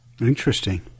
Interesting